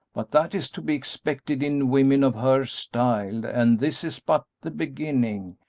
but that is to be expected in women of her style, and this is but the beginning.